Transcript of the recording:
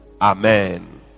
Amen